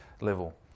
level